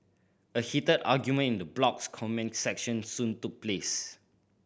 a heated argument in the blog's comment section soon took place